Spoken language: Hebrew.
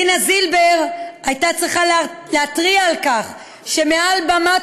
דינה זילבר הייתה צריכה להתריע על כך שמעל במת